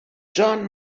john